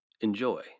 Enjoy